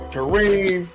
Kareem